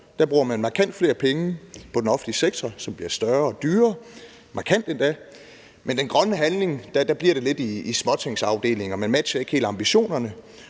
Der bruger man markant flere penge på den offentlige sektor, som bliver større og dyrere – markant endda – men med hensyn til den grønne omstilling bliver det lidt i småtingsafdelingen, og man matcher ikke helt ambitionerne.